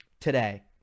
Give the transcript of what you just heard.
today